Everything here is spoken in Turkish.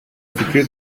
fikri